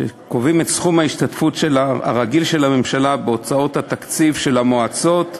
שקובעים את סכום ההשתתפות הרגיל של הממשלה בהוצאות התקציב של המועצות,